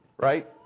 Right